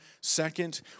Second